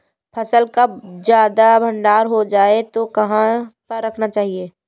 फसल का ज्यादा भंडारण हो जाए तो कहाँ पर रखना चाहिए?